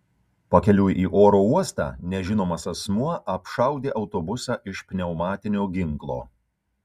pakeliui į oro uostą nežinomas asmuo apšaudė autobusą iš pneumatinio ginklo